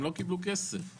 הם לא קיבלו כסף.